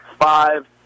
five